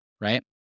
right